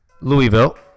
Louisville